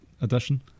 addition